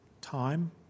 time